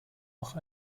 noch